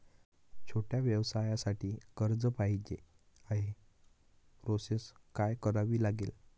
छोट्या व्यवसायासाठी कर्ज पाहिजे आहे प्रोसेस काय करावी लागेल?